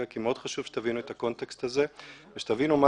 כי מאוד חשוב שתבינו את הקונטקסט הזה ושתבינו מה